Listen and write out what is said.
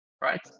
right